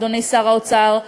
אדוני שר האוצר,